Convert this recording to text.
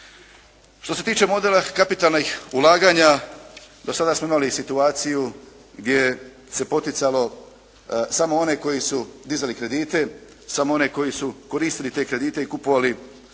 Što se tiče modela kapitalnih ulaganja, do sada smo imali situaciju gdje se poticalo samo one koji su dizali kredite, samo one koji su koristili te kredite i kupovali su da